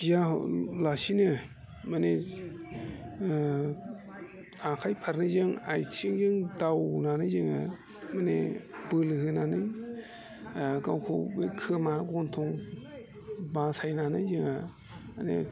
गियालासिनो माने आखाय फारनैजों आइथिंजों दावनानै जोङो माने बोलो होनानै गावखौ खोमा गन्थं बासायनानै जोङो माने